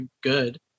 good